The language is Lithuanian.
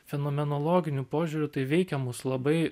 fenomenologiniu požiūriu tai veikia mus labai